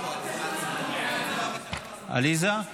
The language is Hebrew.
לא,